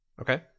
Okay